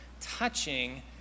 touching